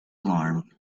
alarm